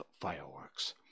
fireworks